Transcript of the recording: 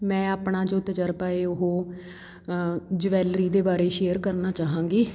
ਮੈਂ ਆਪਣਾ ਜੋ ਤਜਰਬਾ ਹੈ ਉਹ ਜਵੈਲਰੀ ਦੇ ਬਾਰੇ ਸ਼ੇਅਰ ਕਰਨਾ ਚਾਹਾਂਗੀ